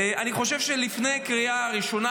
אני חושב שלפני הקריאה הראשונה,